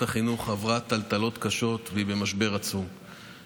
החינוך עברה טלטלות קשות והיא במשבר עצום,